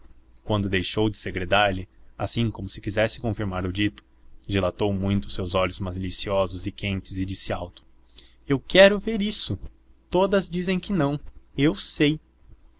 quando deixou de segredar lhe assim como se quisesse confirmar o dito dilatou muito os seus olhos maliciosos e quentes e disse alto eu quero ver isso todas dizem que não eu sei